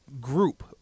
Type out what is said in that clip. group